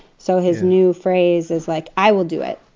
so his new phrase is like, i will do it.